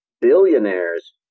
billionaires